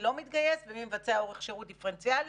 לא מתגייס ומי מבצע אורך שירות דיפרנציאלי,